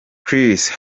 chris